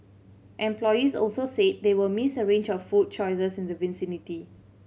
employees also said they will miss the range of food choices in the vicinity